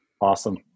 Awesome